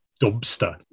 dumpster